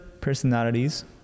personalities